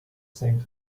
same